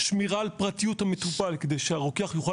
שמירה על פרטיות המטופל כדי שהרוקח יוכל